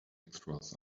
extras